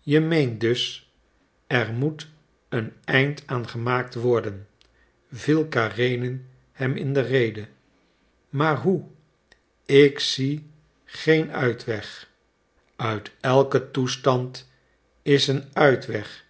je meent dus er moet een eind aan gemaakt worden viel karenin hem in de rede maar hoe ik zie geen uitweg uit elken toestand is een uitweg